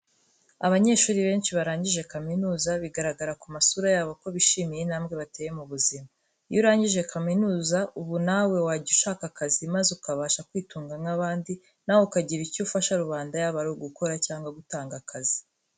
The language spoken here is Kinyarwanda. Abanyeshuri benshi barangije kaminuza, biragaragara ku masura yabo ko bishimiye intambwe bateye mu buzima. Iyo urangije kaminuza, uba nawe wajya gushaka akazi maze ukabasha kwitunga nk'abandi, nawe ukagira icyo ufasha rubanda yaba ari ugukora cg gutanga akazi.